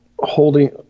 holding